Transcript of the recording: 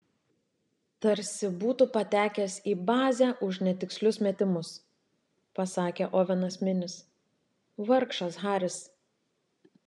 tarsi būtu patekęs į bazę už netikslius metimus pasakė ovenas minis vargšas haris